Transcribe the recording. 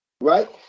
Right